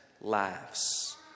laughs